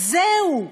זהו.